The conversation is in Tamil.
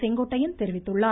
செங்கோட்டையன் தெரிவித்துள்ளார்